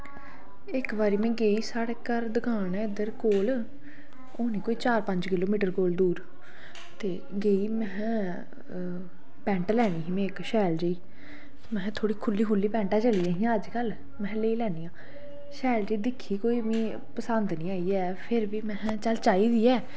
इक्क बारी में गेई साढ़े घर दुकान ऐ इद्धर कोल होनी कोई चार पंज किलोमीटर दूर गेई में हें पैंट लैनी ही में इक्ख शैल जेही में हें कोई खुल्ली खुल्ली पैंटां चली दियां हियां अज्जकल में हें लेई लैनी आं शैल जेही दिक्खी कोई पसंद निं आई ऐ फिर बी में हें चल चाहिदी ऐ